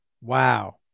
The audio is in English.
Wow